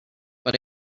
but